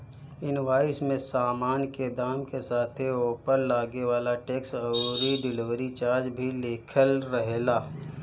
invoice में सामान के दाम के साथे ओपर लागे वाला टेक्स अउरी डिलीवरी चार्ज भी लिखल रहेला